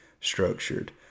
structured